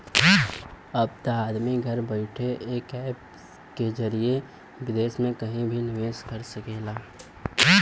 अब त आदमी घर बइठे एक ऐप के जरिए विदेस मे कहिं भी निवेस कर सकेला